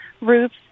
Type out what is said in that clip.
Roofs